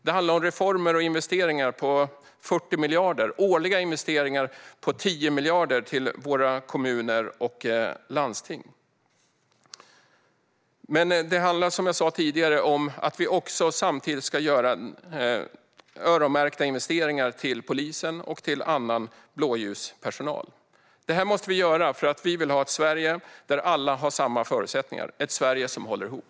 Det handlar om reformer och investeringar på 40 miljarder och årliga investeringar på 10 miljarder till kommuner och landsting. Men det handlar också om att vi ska göra öronmärkta investeringar i polis och annan blåljuspersonal. Detta måste vi göra, för vi vill ha ett Sverige där alla har samma förutsättningar - ett Sverige som håller ihop.